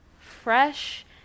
fresh